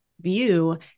view